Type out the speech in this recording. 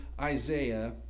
Isaiah